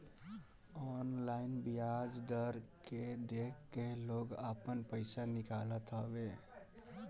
online बियाज दर के देख के लोग आपन पईसा निकालत हवे